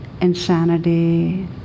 insanity